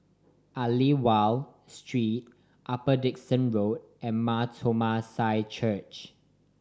Aliwal Street Upper Dickson Road and Mar Thoma Syrian Church